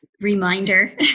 reminder